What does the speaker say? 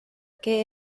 què